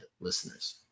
listeners